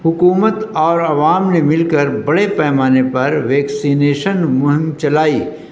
حکومت اور عوام نے مل کر بڑے پیمانے پر ویکسینیشن مہم چلائی